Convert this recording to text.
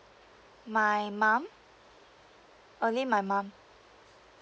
my mum only my mum